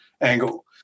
angle